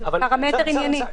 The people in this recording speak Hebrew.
פרמטר ענייני.